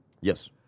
Yes